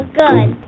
good